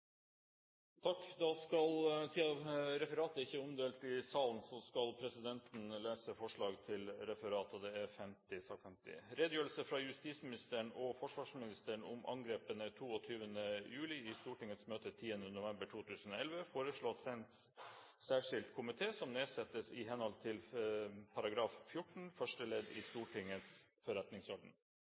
referatet ikke er omdelt i salen, skal presidenten lese forslag til referat: Redegjørelse fra justisministeren og forsvarsministeren om angrepene 22. juli i Stortingets møte 10. november 2011 foreslås sendt særskilt komité som nedsettes i henhold til § 14 første ledd i Stortingets forretningsorden.